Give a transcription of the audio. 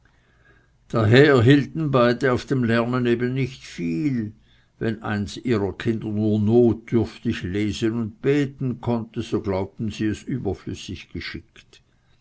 daher hielten beide auf dem lernen eben nicht viel wenn eins ihrer kinder nur notdürftig lesen und beten konnte so glaubten sie es überflüssig geschickt